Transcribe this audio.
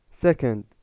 Second